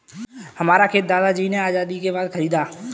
हमारा खेत दादाजी ने आजादी के बाद खरीदा था